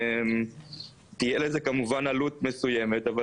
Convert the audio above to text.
תהיה לזה עלות מסוימת כמובן,